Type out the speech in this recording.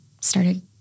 started